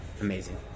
Amazing